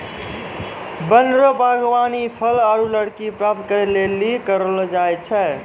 वन रो वागबानी फल आरु लकड़ी प्राप्त करै लेली करलो जाय छै